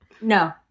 No